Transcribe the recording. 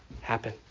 happen